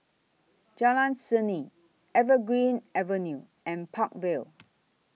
Jalan Seni Evergreen Avenue and Park Vale